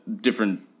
different